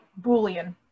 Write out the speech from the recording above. Boolean